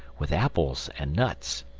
with apples and nuts.